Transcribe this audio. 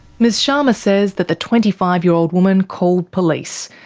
ms sharma says that the twenty five year old woman called police,